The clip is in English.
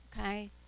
okay